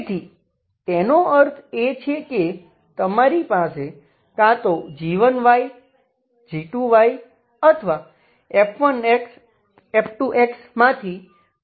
તેથી તેનો અર્થ એ છે કે તમારી પાસે કાં તો g1y g2 અથવા f1xf2x માંથી કોઈપણ એક શૂન્ય હોવું જોઈએ